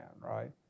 right